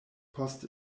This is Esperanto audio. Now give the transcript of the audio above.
post